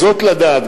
זאת לדעת,